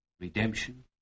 redemption